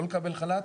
לא לקבל חל"ת,